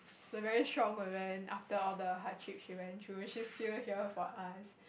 is a very strong woman after all the hardships she went through she's still here for us